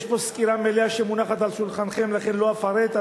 יש פה סקירה מלאה שמונחת על שולחנכם, לכן לא אפרט.